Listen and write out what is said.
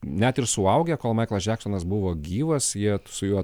net ir suaugę kol maiklas džeksonas buvo gyvas jie su juo